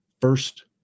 first